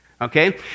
okay